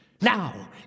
Now